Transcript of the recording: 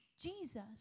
Jesus